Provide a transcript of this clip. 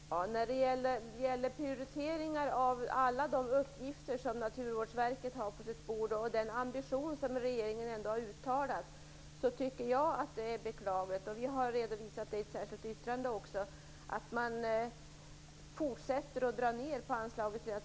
Fru talman! När det gäller prioritering av alla de uppgifter som Naturvårdsverket har på sitt bord och den ambition som regeringen ändå har uttalat tycker jag att det är beklagligt att man fortsätter dra ned på anslaget till Naturvårdsverket. Vi har också redovisat detta i ett särskilt yttrande.